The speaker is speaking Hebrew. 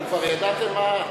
כי כבר ידעתם מה,